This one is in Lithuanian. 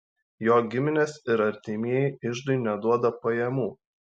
jo giminės ir artimieji iždui neduoda pajamų